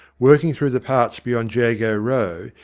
work ing through the parts beyond jago row,